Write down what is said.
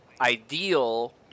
ideal